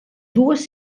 dues